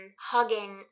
hugging